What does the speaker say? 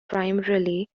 primarily